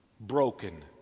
broken